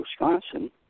Wisconsin